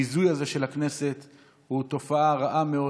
הביזוי הזה של הכנסת הוא תופעה רעה מאוד.